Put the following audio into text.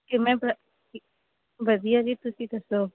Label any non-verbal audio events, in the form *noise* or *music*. ਕਿਵੇਂ *unintelligible* ਕੀ ਵਧੀਆ ਜੀ ਤੁਸੀਂ ਦੱਸੋ